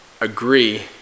agree